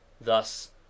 Thus